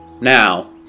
Now